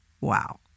Wow